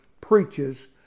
preaches